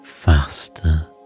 faster